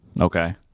Okay